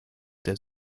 der